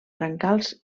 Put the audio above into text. brancals